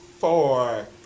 Four